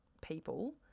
people